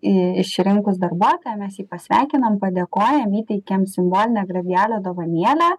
į išrinkus darbuotoją mes jį pasveikinam padėkojam įteikiam simbolinę gradialio dovanėlę